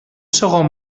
segon